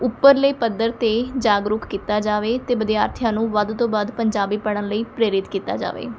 ਉੱਪਰਲੇ ਪੱਧਰ 'ਤੇ ਜਾਗਰੂਕ ਕੀਤਾ ਜਾਵੇ ਅਤੇ ਵਿਦਿਆਰਥੀਆਂ ਨੂੰ ਵੱਧ ਤੋਂ ਵੱਧ ਪੰਜਾਬੀ ਪੜ੍ਹਨ ਲਈ ਪ੍ਰੇਰਿਤ ਕੀਤਾ ਜਾਵੇ